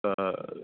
तऽ